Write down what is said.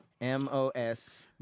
M-O-S